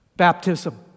Baptism